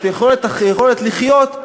את היכולת לחיות,